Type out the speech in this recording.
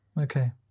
Okay